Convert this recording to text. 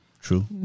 True